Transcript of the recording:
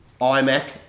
iMac